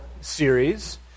series